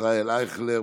ישראל אייכלר,